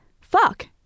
fuck